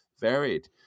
varied